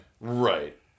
Right